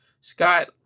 Scott